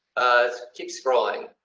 ah keep scrolling